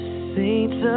saints